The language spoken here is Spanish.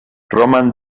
roman